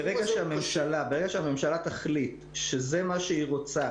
ברגע שהממשלה תחליט שזה מה שהיא רוצה